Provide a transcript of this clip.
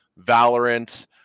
Valorant